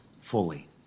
fully